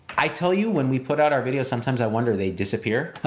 i tell you, when we put out our video sometimes i wonder, they disappear.